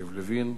יריב לוין,